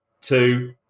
two